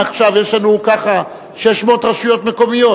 עכשיו, יש לנו ככה 600 רשויות מקומיות?